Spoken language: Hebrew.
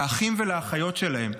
לאחים ולאחיות שלהם,